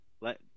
let